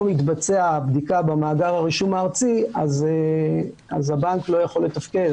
מתבצעת בדיקה במאגר הרישום הארצי אז הבנק לא יכול לתפקד,